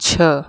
छः